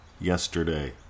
Yesterday